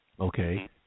okay